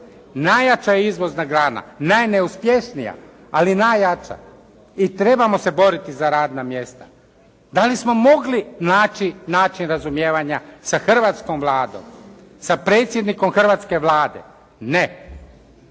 Najjača je izvozna grana, najneuspješnija, ali najjača i trebamo se boriti za radna mjesta. Da li smo mogli naći način razumijevanja sa hrvatskom Vladom, sa predsjednikom hrvatske Vlade? Ne.